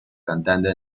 cantando